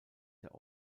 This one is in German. der